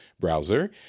browser